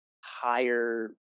higher